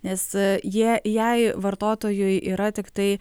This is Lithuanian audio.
nes jie jei vartotojui yra tiktai